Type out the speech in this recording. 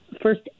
first